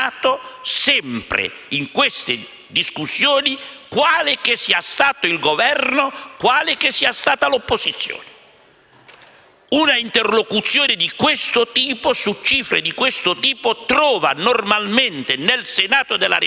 Una interlocuzione di questo tipo, su cifre di questo tipo, trova normalmente nel Senato della Repubblica, sia in sede di Commissione che in sede di Assemblea, il suo luogo naturale per esprimersi: ci sono